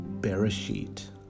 Bereshit